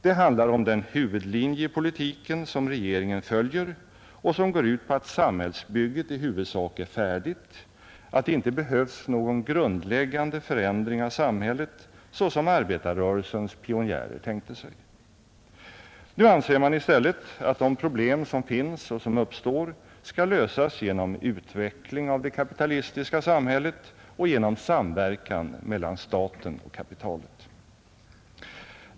Det handlar om den huvudlinje i politiken som regeringen följer och som går ut på att samhällsbygget i huvudsak är färdigt, att det inte behövs någon grundläggande förändring av samhället såsom arbetarrörelsens pionjärer tänkte sig. Nu anser man i stället att de problem som finns och som uppstår skall lösas genom utveckling av det kapitalistiska samhället och genom samverkan mellan staten och kapitalet.